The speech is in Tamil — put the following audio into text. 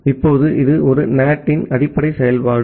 இப்போது இது ஒரு NAT இன் அடிப்படை செயல்பாடு